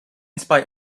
spite